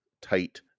tight